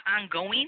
ongoing